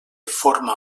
forma